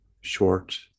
short